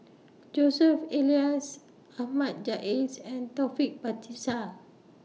Joseph Elias Ahmad Jais and Taufik Batisah